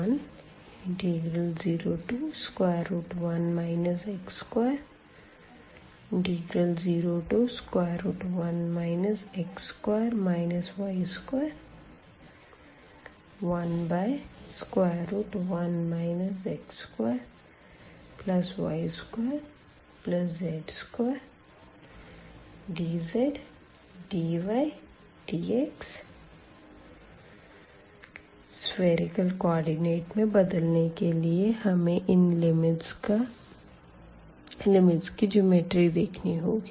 0101 x201 x2 y211 x2y2z2dzdydx spherical coordinate में बदलने के लिए हमे इन लिमिट्स की ज्योमेट्री देखनी होगी